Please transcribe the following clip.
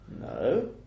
No